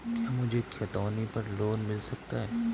क्या मुझे खतौनी पर लोन मिल सकता है?